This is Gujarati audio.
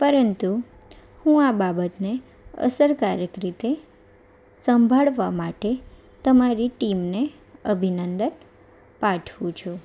પરંતુ હું આ બાબતને અસરકારક રીતે સંભાળવા માટે તમારી ટીમને અભિનંદન પાઠવું છું